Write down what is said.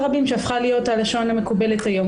רבים שהפכה להיות הלשון המקובלת היום.